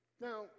now